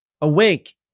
Awake